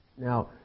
Now